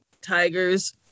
tigers